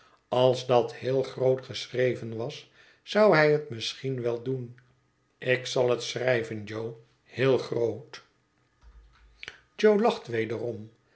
als dat heel groot geschreven was zou hij het misschien wel doen ik zal het schrijven jo heel groot jo lacht wederom